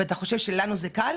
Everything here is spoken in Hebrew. אתה חושב שלנו זה קל?